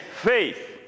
faith